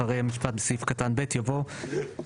אחרי המשפט בסעיף קטן (ב) יבוא 'למעט